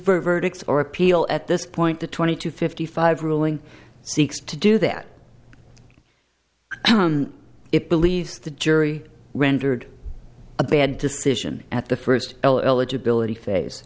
verdicts or appeal at this point the twenty to fifty five ruling seeks to do that it believes the jury rendered a bad decision at the first eligibility